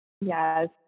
Yes